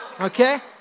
Okay